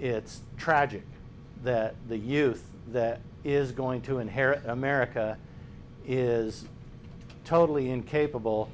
it's tragic that the youth that is going to inherit america is totally incapable